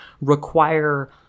require